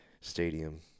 stadium